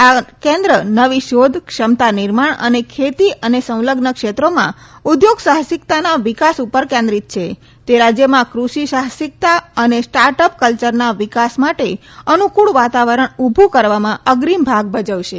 આ કેન્દ્ર નવી શોધ ક્ષમતા નિર્માણ અને ખેતી અને સંલઝ્ન ક્ષેત્રોમાં ઉદ્યોગ સાહસિકતાના વિકાસ ઉપર કેન્દ્રીત છે તે રાજયમાં કૃષિ સાહસિકતા અને સ્ટાર્ટઅપ કલ્ચરના વિકાસ માટે અનુક્રળ વાતાવરણ ઉભુ કરવામાં અગ્રીમ ભાગ ભજવશે